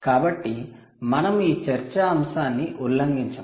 కాబట్టి మనము ఈ చర్చా అంశాన్ని ఉల్లంఘించము